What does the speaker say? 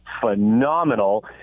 phenomenal